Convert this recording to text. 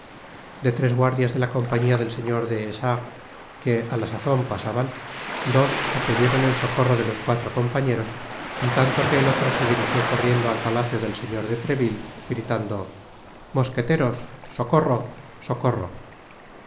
de tres guardias de la compañía del señor de essarts que á la sazon pasaban dos acudieron en socorro de los cuatro compañeros en tanto que el otro se dirigió corriendo al palacio del señor de treville gritando mosqueteros socorro socorro